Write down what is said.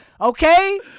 Okay